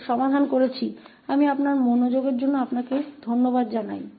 तो इस व्याख्यान के लिए बस इतना ही और आपके ध्यान के लिए मैं आपको धन्यवाद देता हूं